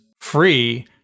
free